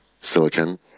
silicon